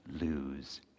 lose